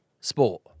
sport